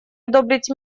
одобрить